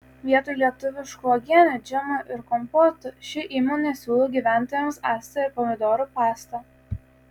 vietoj lietuviškų uogienių džemų ir kompotų ši įmonė siūlo gyventojams actą ir pomidorų pastą